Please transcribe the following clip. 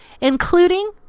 including